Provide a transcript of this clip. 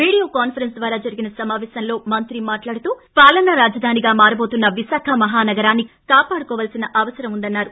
video conference ద్వారా జరిగిన సమావేశంలో మంత్రి మాట్లాడుతూ పాలనా రాజధానిగా మారబోతున్న విశాఖ మహనగరాన్ని కాపాడుకోవాల్సిన అవసరం ఉందన్నారు